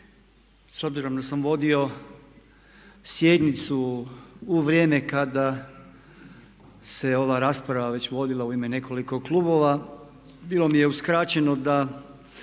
S obzirom da sam vodio sjednicu u vrijeme kada se ova rasprava već vodila u ime nekoliko klubova bilo mi je uskraćeno da